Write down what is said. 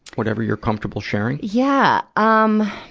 whatever you're comfortable sharing. yeah, um,